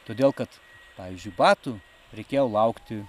todėl kad pavyzdžiui batų reikėjo laukti